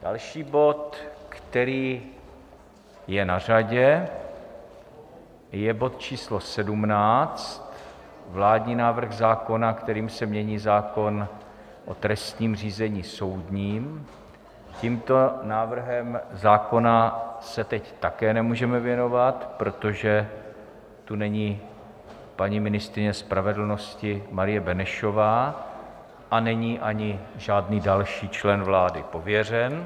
Další bod, který je na řadě, je bod číslo sedmnáct, vládní návrh zákona, kterým se mění zákon o trestním řízení soudním, tomuto návrhu zákona se teď také nemůžeme věnovat, protože tu není paní ministryně spravedlnosti Marie Benešová a není ani žádný další člen vlády pověřen.